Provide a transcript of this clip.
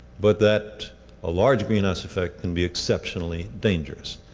but that a large greenhouse effect can be exceptionally dangerous.